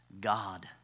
God